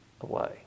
away